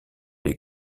les